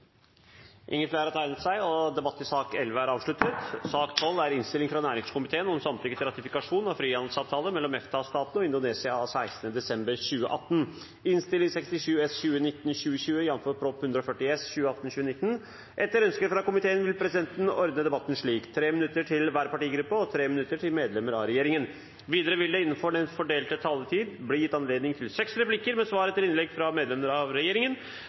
Flere har ikke bedt om ordet til sak nr. 11. Etter ønske fra næringskomiteen vil presidenten ordne debatten slik: 3 minutter til hver partigruppe og 3 minutter til medlemmer av regjeringen. Videre vil det – innenfor den fordelte taletid – bli gitt anledning til inntil seks replikker med svar etter innlegg fra medlemmer av regjeringen,